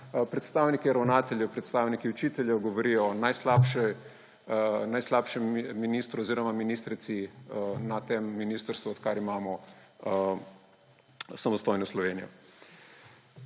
Predstavniki ravnateljev, predstavniki učiteljev govorijo o najslabšem ministru oziroma ministrici na tem ministrstvu, odkar imamo samostojno Slovenijo.